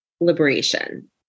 liberation